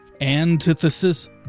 Antithesis